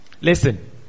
Listen